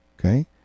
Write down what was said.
okay